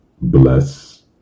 Bless